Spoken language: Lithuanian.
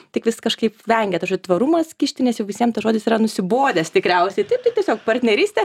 tik vis kažkaip vengia to žodžio tvarumas kišti nes jau visiems tas žodis yra nusibodęs tikriausiai taip tai tiesiog partnerystė